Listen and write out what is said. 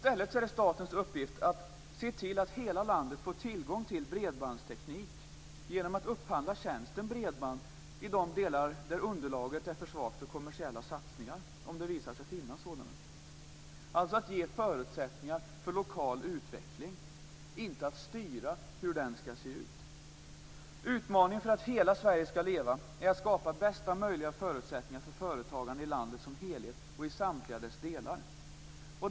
I stället är statens uppgift att tillse att hela landet får tillgång till bredbandsteknik genom att upphandla tjänsten bredband i de delar där underlaget är för svagt för kommersiella satsningar, om det visar sig finnas sådana. Alltså gäller det att ge förutsättningar för lokal utveckling, inte att styra hur den skall se ut. Utmaningen för att hela Sverige skall leva är att skapa bästa möjliga förutsättningar för företagande i landet som helhet och i samtliga dess delar.